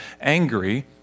angry